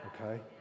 Okay